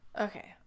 Okay